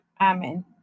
Amen